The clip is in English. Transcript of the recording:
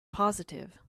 positive